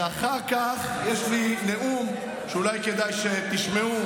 ואחר כך יש לי נאום שאולי כדאי שתשמעו,